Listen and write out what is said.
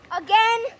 again